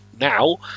now